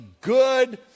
good